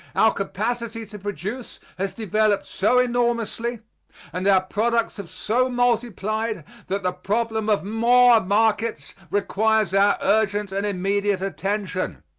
our capacity to produce has developed so enormously and our products have so multiplied that the problem of more markets requires our urgent and immediate attention.